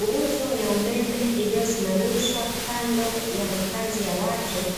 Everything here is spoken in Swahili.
Nguzo ya umeme iliyosimamishwa kando ya makazi ya watu,